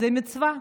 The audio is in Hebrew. זו מצווה.